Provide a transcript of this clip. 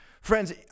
Friends